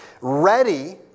ready